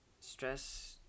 stress